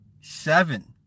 seven